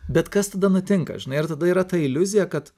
bet kas tada nutinka žinai ir tada yra ta iliuzija kad